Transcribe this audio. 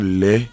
le